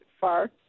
far